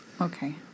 Okay